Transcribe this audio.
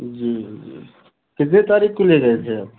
जी जी कितनी तरीख़ को ले गए थे आप